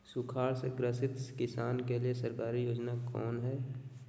सुखाड़ से ग्रसित किसान के लिए सरकारी योजना कौन हय?